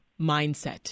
mindset